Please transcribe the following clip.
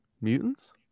Mutants